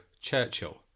Churchill